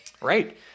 Right